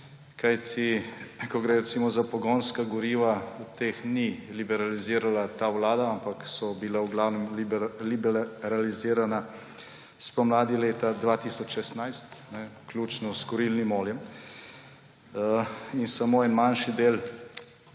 Kajti ko gre recimo za pogonska goriva, teh ni liberalizirala ta vlada, ampak so bila v glavnem liberalizirana spomladi leta 2016, vključno s kurilnim oljem, in samo en manjši del